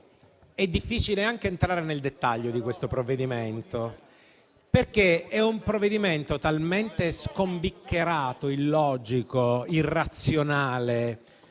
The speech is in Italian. è difficile anche entrare nel dettaglio di questo provvedimento, perché è talmente scombiccherato, illogico, irrazionale